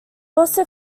also